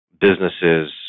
businesses